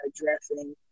addressing